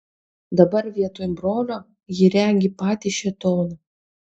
dabar vietoj brolio ji regi patį šėtoną